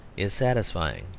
is satisfying,